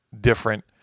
different